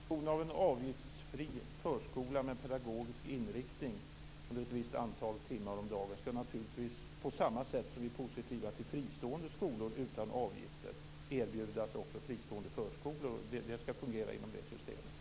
Fru talman! Vår vision om en avgiftsfri förskola med pedagogisk inriktning under ett visst antal timmar om dagen skall naturligtvis, på samma sätt som vi är positiva till fristående skolor utan avgifter, erbjudas också fristående förskolor, och det skall fungera inom det systemet.